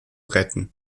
retten